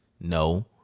No